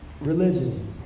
religion